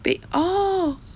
big oh